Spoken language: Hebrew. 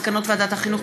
מסקנות ועדת החינוך,